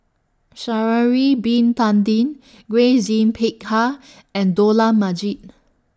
Sha'Ari Bin Tadin Grace Yin Peck Ha and Dollah Majid